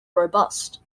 robust